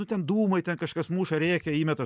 nu ten dūmai ten kažkas muša rėkia įmeta